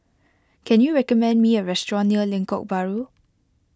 can you recommend me a restaurant near Lengkok Bahru